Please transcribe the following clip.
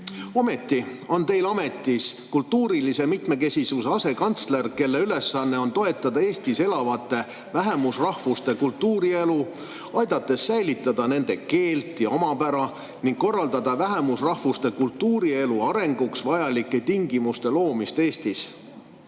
Ometi on teil ametis kultuurilise mitmekesisuse asekantsler, kelle ülesanne on toetada Eestis elavate vähemusrahvuste kultuurielu, aidates säilitada nende keelt ja omapära, ning korraldada vähemusrahvuste kultuurielu arenguks vajalike tingimuste loomist Eestis.